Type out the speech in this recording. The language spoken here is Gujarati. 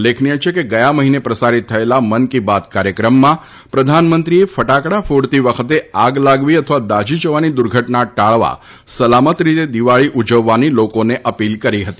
ઉલ્લેખનીય છે કે ગયા મહિને પ્રસારિત થયેલ મન કી બાત કાર્યક્રમમાં પ્રધાનમંત્રીએ ફટાકડા ફોડતી વખતે આગ લાગવી અથવા દાઝી જવાની દુર્ઘટના ટાળવા સલામત રીતે દિવાળી ઉજવવાની લોકોને અપીલ કરી હતી